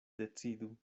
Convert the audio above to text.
decidu